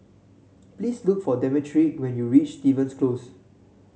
please look for Demetric when you reach Stevens Close